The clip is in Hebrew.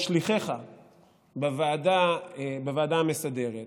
שליחיך בוועדה המסדרת,